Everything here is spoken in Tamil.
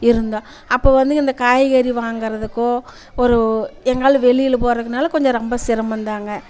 இருந்தோ அப்போ வந்து இந்த காய்கறி வாங்குறதுக்கோ ஒரு எங்காள் வெளியில் போகறதுக்குன்னாலும் கொஞ்சம் ரொம்ப சிரமம்தாங்க